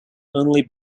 only